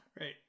Right